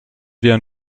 wir